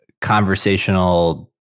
conversational